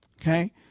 Okay